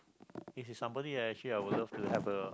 it is somebody I actually I would love to have a